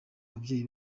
ababyeyi